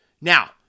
Now